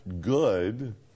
good